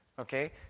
okay